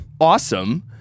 awesome